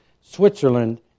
Switzerland